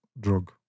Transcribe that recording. drug